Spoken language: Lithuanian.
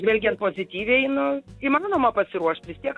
žvelgiant pozityviai nu įmanoma pasiruošt vis tiek